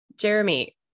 Jeremy